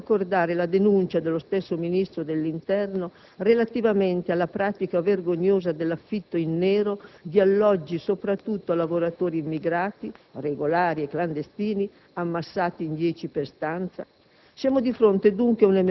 E ancora, come non ricordare la denuncia dello stesso Ministro dell'interno relativamente alla pratica vergognosa dell'affitto in nero di alloggi, soprattutto a lavoratori immigrati, regolari e clandestini, ammassati in 10 per stanza?